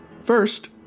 First